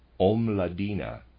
Omladina